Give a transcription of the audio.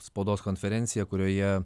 spaudos konferenciją kurioje